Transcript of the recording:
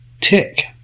tick